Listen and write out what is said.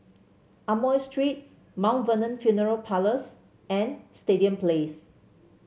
Amoy Street Mount Vernon Funeral Parlours and Stadium Place